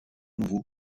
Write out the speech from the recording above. nouveau